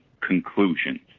conclusions